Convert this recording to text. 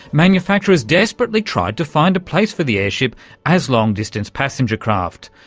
manufacturers desperately tried to find a place for the airship as long-distance passenger craft,